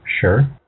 Sure